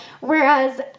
Whereas